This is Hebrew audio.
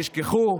נשכחו.